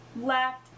left